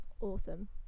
awesome